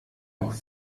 auch